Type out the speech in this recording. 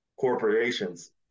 corporations